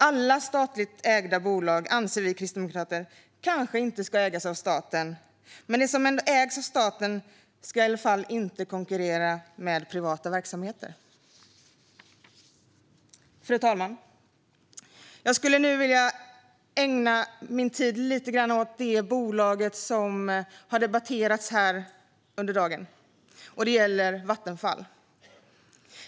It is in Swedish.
Vi kristdemokrater anser kanske inte att alla statligt ägda bolag ska ägas av staten, men det som ägs av staten ska i alla fall inte konkurrera med privata verksamheter. Fru talman! Jag skulle nu vilja ägna min tid åt det bolag som har debatterats här under dagen, nämligen Vattenfall.